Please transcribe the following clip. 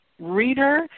reader